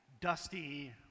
dusty